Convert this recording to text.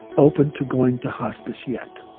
open to going to hospice yet